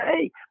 Hey